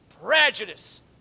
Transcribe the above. prejudice